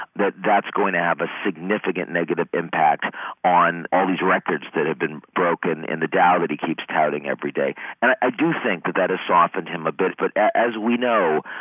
that that's going to have a significant negative impact on all these records that have been broken in the dow that he keeps touting everyday. and i do think that that has softened him a bit. but as we know,